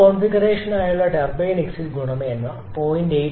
ഈ കോൺഫിഗറേഷനായുള്ള turbine exit ഗുണമേന്മ 0